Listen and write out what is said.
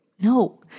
No